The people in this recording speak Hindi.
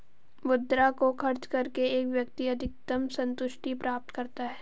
मुद्रा को खर्च करके एक व्यक्ति अधिकतम सन्तुष्टि प्राप्त करता है